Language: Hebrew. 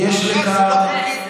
מי שלא בחר בך לא קיים?